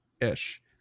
ish